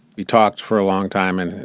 we talked for a long time. and,